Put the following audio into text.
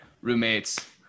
roommates